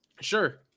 Sure